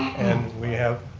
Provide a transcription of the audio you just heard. and we have,